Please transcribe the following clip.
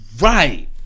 right